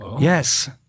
Yes